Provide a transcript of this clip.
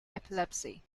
epilepsy